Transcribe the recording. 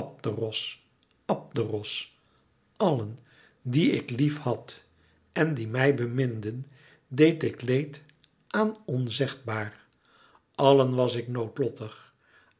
abderos abderos àllen die ik lief had en die mij beminden deed ik leed aan onzegbaar allen was ik noodlottig